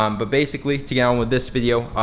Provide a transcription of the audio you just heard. um but basically to get on with this video,